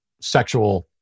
sexual